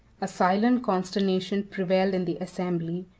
a silent consternation prevailed in the assembly,